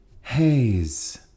Haze